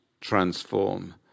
transform